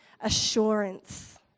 assurance